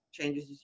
changes